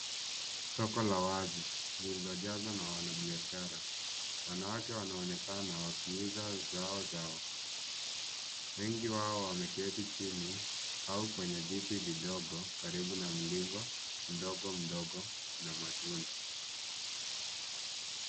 Soko la wazi lililojazwa na wanabiashara. Wanawake wanaonekana wakiuza bidhaa zao. Wengi wao wameketi chini au kwenye viti vidogo karibu na mzigo ndogo ndogo na matunda.